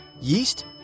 Yeast